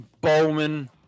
Bowman